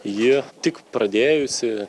ji tik pradėjusi